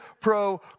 pro